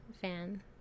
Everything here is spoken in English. fan